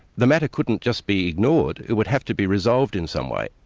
the matter couldn't just be ignored, it would have to be resolved in some way.